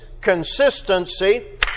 consistency